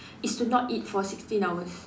is to not eat for sixteen hours